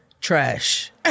trash